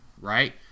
Right